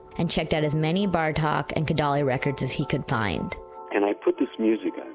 and checked out as many bartok and kodaly records is he could find and i put this music on,